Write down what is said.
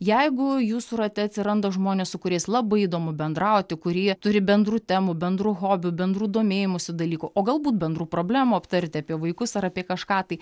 jeigu jūsų rate atsiranda žmonės su kuriais labai įdomu bendrauti kurie turi bendrų temų bendrų hobių bendrų domėjimosi dalykų o galbūt bendrų problemų aptarti apie vaikus ar apie kažką tai